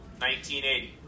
1980